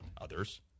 others